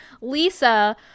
lisa